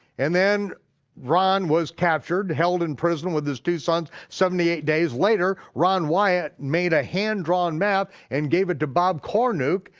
and then ron was captured, held in prison with his two sons. seventy eight days later, ron wyatt made a hand drawn map and gave it to bob cornuke,